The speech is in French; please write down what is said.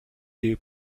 des